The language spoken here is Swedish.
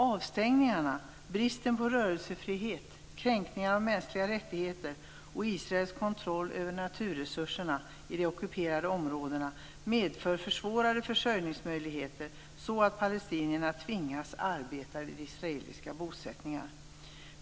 Avstängningarna, bristen på rörelsefrihet, kränkningarna av mänskliga rättigheter och Israels kontroll över naturresurserna i de ockuperade områdena medför försvårade försörjningsmöjligheter, så att palestinierna tvingas att arbeta vid israeliska bosättningar.